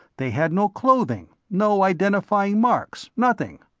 they had no clothing, no identifying marks, nothing.